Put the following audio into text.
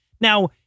now